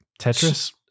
Tetris